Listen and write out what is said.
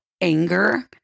anger